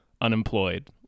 unemployed